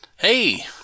Hey